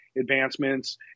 advancements